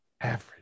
average